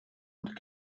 und